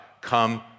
come